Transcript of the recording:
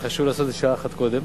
וחשוב לעשות את זה שעה אחת קודם,